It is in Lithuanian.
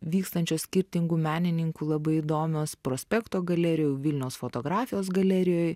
vykstančios skirtingų menininkų labai įdomios prospekto galerijoj vilniaus fotografijos galerijoj